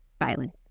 violence